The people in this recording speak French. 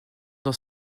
dans